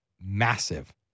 massive